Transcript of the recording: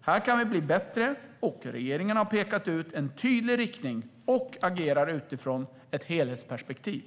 Här kan vi bli bättre, och regeringen har pekat ut en tydlig riktning och agerar utifrån ett helhetsperspektiv.